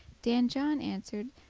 dan john answered,